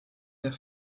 der